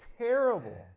Terrible